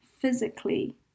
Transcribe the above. physically